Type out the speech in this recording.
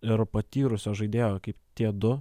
ir patyrusio žaidėjo kaip tie du